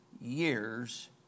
years